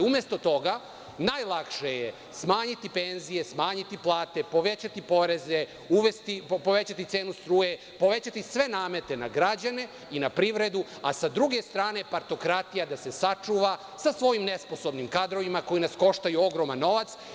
Umesto toga, najlakše je smanjiti penzije, smanjiti plate, povećati poreze, povećati cenu struje, sve namete na građane i na privredu, a sa druge strane partokratija, da se sačuva sa svojim nesposobnim kadrovima koji nas koštaju ogroman novac.